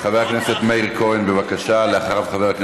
חבר הכנסת מאיר כהן, בבקשה, ואחריו, מאוד מאחד.